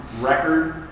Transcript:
record